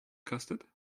custard